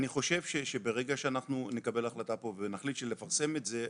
אני חושב שברגע שאנחנו נקבל החלטה פה ונחליט לפסם את זה,